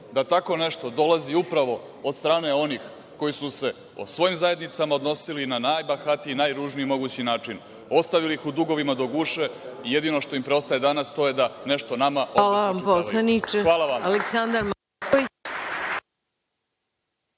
da tako nešto dolazi upravo od strane onih koji su se o svojim zajednicama odnosili na najbahatiji, najružniji mogući način, ostavili ih u dugovima do guše, jedino što im preostaje danas, to je da nešto nama spočitavaju. **Maja Gojković** Hvala vam,